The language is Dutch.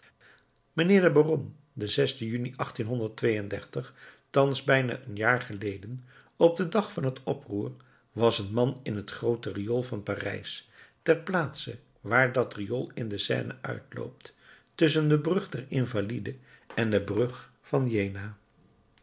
mijnheer de baron den juni thans bijna een jaar geleden op den dag van het oproer was een man in het groote riool van parijs ter plaatse waar dat riool in de seine uitloopt tusschen de brug der invaliden en de brug van jena